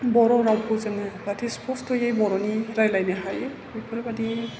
बर' रावखौ जोङो जाहाथे स्पस्थ'यै बर'नि रायज्लायनो हायो बेफोरबायदि